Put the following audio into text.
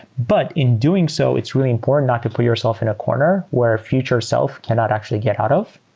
but in doing so, it's really important not to put yourself in a corner where future self cannot actually get out of.